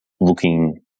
looking